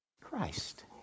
Christ